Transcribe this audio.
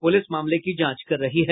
police मामले की जांच कर रही है